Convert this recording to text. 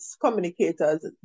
communicators